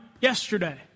yesterday